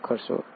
માફ કરશો